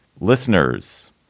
Listeners